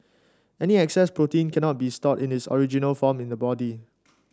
any excess protein cannot be stored in its original form in the body